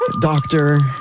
doctor